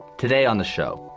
today on the show,